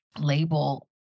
label